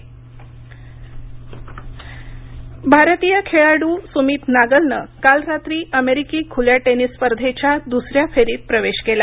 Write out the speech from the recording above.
US open भारतीय खेळाडू सुमित नागलनं काल रात्री अमेरिकी खुल्या टेनिस स्पर्धेच्या दुसऱ्या फेरीत प्रवेश केला